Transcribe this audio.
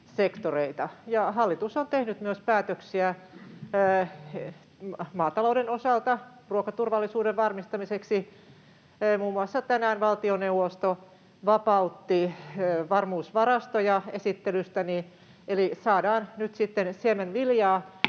sektoreita. Hallitus on tehnyt myös päätöksiä maatalouden osalta ruokaturvallisuuden varmistamiseksi, muun muassa tänään valtioneuvosto esittelystäni vapautti varmuusvarastoja, eli saadaan nyt sitten siemenviljaa